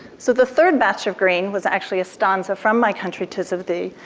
so the third batch of green was actually a stanza from my country, tis of thee.